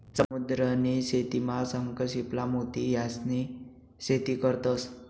समुद्र नी शेतीमा शंख, शिंपला, मोती यास्नी शेती करतंस